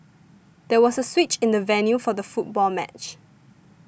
there was a switch in the venue for the football match